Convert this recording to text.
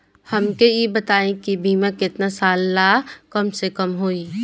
हमके ई बताई कि बीमा केतना साल ला कम से कम होई?